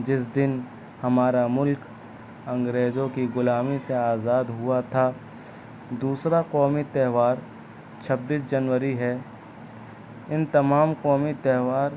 جس دن ہمارا ملک انگریزوں کی غلامی سے آزاد ہوا تھا دوسرا قومی تہوار چھبیس جنوری ہے ان تمام قومی تہوار